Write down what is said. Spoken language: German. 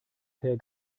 per